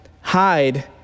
hide